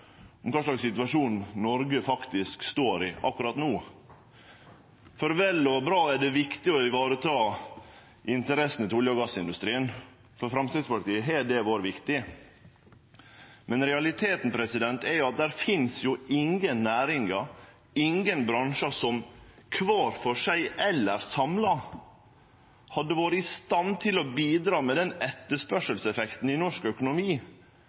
om kva slags situasjon Noreg faktisk står i akkurat no. Det er vel og bra og viktig å vareta interessene til olje- og gassindustrien, for Framstegspartiet har det vore viktig. Men realiteten er at det finst ingen næringar, ingen bransjar som kvar for seg – eller samla – hadde vore i stand til å bidra med den etterspurnadseffekten i norsk økonomi